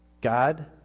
God